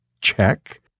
Check